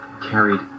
carried